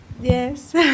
Yes